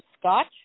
Scotch